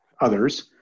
others